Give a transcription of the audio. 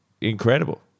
incredible